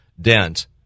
dent